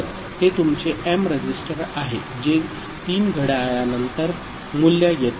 तर हे तुमचे एम रजिस्टर आहे जे 3 घड्याळानंतर मूल्य घेते